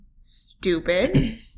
Stupid